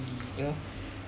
mm ya